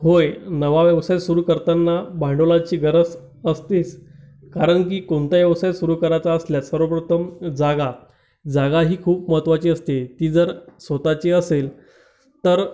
होय नवा व्यवसाय सुरू करताना भांडवलाची गरज असतेच कारण की कोणताही व्यवसाय सुरू करायचा असल्यास सर्वप्रथम जागा जागा ही खूप महत्त्वाची असते ती जर स्वतःची असेल तर